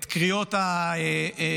את קריאות הנאצה